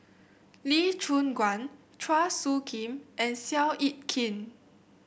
Lee Choon Guan Chua Soo Khim and Seow Yit Kin